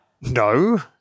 No